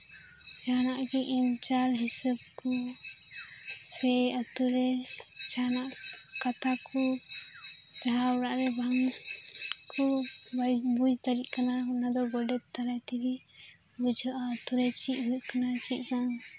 ᱡᱟᱦᱟᱱᱟᱜ ᱜᱮ ᱮᱢ ᱪᱟᱞ ᱦᱤᱥᱟᱹᱵ ᱠᱩ ᱥᱮ ᱟᱛᱳ ᱨᱮ ᱡᱟᱦᱟᱱᱟᱜ ᱠᱟᱛᱷᱟ ᱠᱩᱡᱟᱦᱟᱸ ᱚᱲᱟᱜ ᱨᱮ ᱵᱟᱝᱠᱩ ᱵᱟᱝ ᱵᱩᱡ ᱫᱟᱲᱮᱭᱟᱜ ᱠᱟᱱᱟ ᱚᱱᱟ ᱫᱚ ᱜᱚᱰᱮᱛ ᱫᱟᱨᱟᱭ ᱛᱮᱜᱮ ᱵᱩᱡᱷᱟᱹᱜᱼᱟ ᱟᱛᱳᱨᱮ ᱪᱮᱫ ᱦᱩᱭᱩᱜ ᱠᱟᱱᱟ ᱪᱮᱫ ᱵᱟᱝ